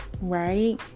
right